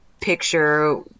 picture